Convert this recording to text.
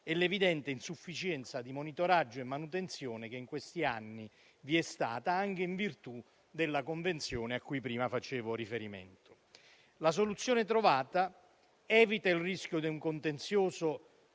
e l'evidente insufficienza di monitoraggio e manutenzione che in questi anni vi è stata, anche in virtù della convenzione a cui prima facevo riferimento. La soluzione trovata evita il rischio di un contenzioso